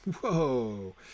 Whoa